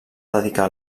dedicar